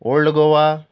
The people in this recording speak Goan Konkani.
ओल्ड गोवा